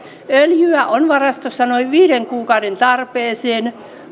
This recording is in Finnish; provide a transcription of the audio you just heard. öljyä on varastossa noin viiden kuukauden tarpeeseen